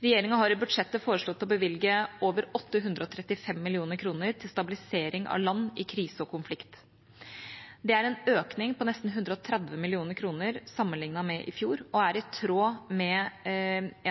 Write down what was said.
Regjeringa har i budsjettet foreslått å bevilge over 835 mill. kr til stabilisering av land i krise og konflikt. Det er en økning på nesten 130 mill. kr sammenliknet med i fjor og er i tråd med